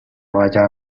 vaya